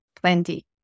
Plenty